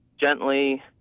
gently